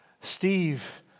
Steve